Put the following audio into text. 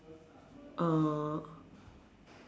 oh